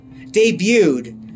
debuted